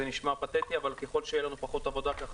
זה נשמע פתטי אבל ככל שתהיה לנו פחות עבודה כך